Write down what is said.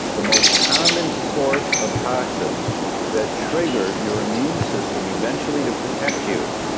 the most common source of toxins that trigger your immune system, eventually, to protect you,